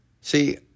See